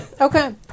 Okay